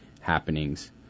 happenings